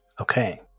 Okay